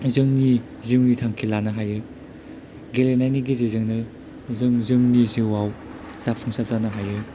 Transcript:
जोंनि जिउनि थांखि लानो हायो गेलेनायनि गेजेरजोंनो जों जोंनि जिउआव जाफुंसार जानो हायो